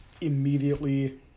immediately